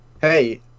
hey